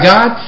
God